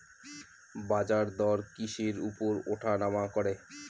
বাজারদর কিসের উপর উঠানামা করে?